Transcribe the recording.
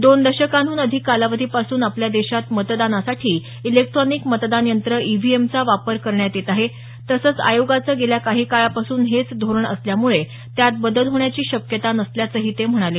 दोन दशकांहून अधिक कालावधीपासून आपल्या देशात मतदानासाठी इलेक्ट्रॉनिक मतदान यंत्र ईव्हीएमचा वापर करण्यात येत आहे तसंच आयोगाचं गेल्या काही काळापासून हेच धोरण असल्यामुळे त्यात बदल होण्याची शक्यता नसल्याचंही ते म्हणाले